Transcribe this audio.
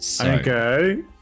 Okay